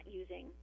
using